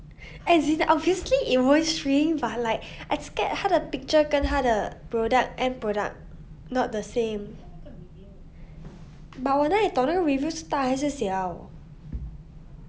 as in obviously it won't shrink but like I scared 那个 picture 跟它的 product end product not the same but whether 我哪里懂那个 review 是大还是小